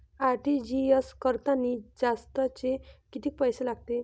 RTGS करतांनी जास्तचे कितीक पैसे लागते?